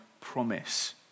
promise